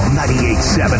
98.7